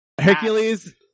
Hercules